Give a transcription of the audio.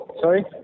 Sorry